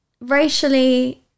racially